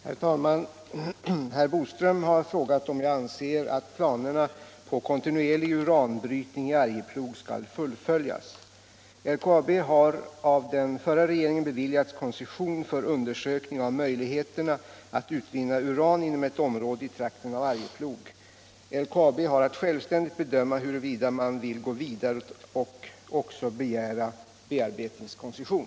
Herr talman! Herr Boström har frågat om jag anser att planerna på kontinuerlig uranbrytning i Arjeplog skall fullföljas. LKAB har av den förra regeringen beviljats koncession för undersökning av möjligheterna att utvinna uran inom ett område i trakten av Arjeplog. LKAB har att självständigt bedöma huruvida man vill gå vidare och också begära bearbetningskoncession.